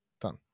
Done